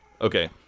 Okay